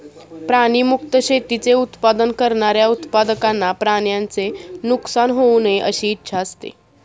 प्राणी मुक्त शेतीचे उत्पादन करणाऱ्या उत्पादकांना प्राण्यांचे नुकसान होऊ नये अशी इच्छा असते